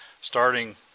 starting